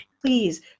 Please